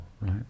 right